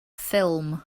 ffilm